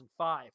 2005